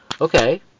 Okay